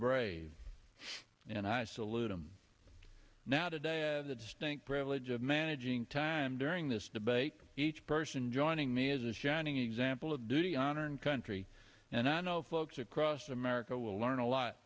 brave and i salute him now today the distinct privilege of managing time during this debate each person joining me is a shining example of do you honor and country and i know folks across america will learn a lot